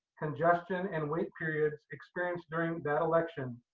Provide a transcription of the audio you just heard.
congestion, and wait periods experienced during that election,